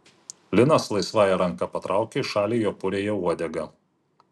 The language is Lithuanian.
linas laisvąja ranka patraukia į šalį jo puriąją uodegą